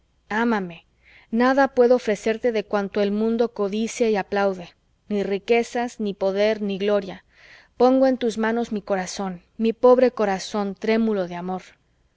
ámame nada puedo ofrecerte de cuanto el mundo codicia y aplaude ni riquezas ni poder ni gloria pongo en tus manos mi corazón mi pobre corazón trémulo de amor